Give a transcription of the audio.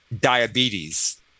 diabetes